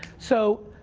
so,